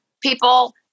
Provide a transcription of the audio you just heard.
people